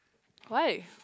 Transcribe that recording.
why